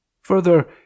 Further